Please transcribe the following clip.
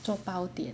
做包点